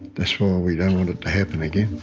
that's why we don't want it to happen again.